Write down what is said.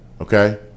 Okay